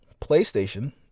PlayStation